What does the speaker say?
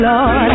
Lord